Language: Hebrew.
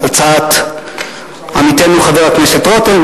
הצעת עמיתנו חבר הכנסת רותם,